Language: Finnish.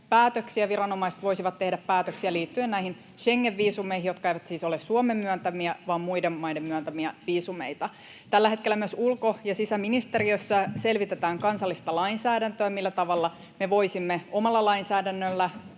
päätöksiä, viranomaiset voisivat tehdä päätöksiä liittyen näihin Schengen-viisumeihin, jotka eivät siis ole Suomen myöntämiä, vaan muiden maiden myöntämiä viisumeita. Tällä hetkellä myös ulko- ja sisäministeriössä selvitetään kansallista lainsäädäntöä, millä tavalla me voisimme omalla lainsäädännöllä